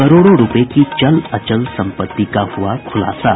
करोड़ों रूपये की चल अचल सम्पत्ति का हुआ खुलासा